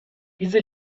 diese